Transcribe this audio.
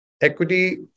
Equity